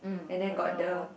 and then got the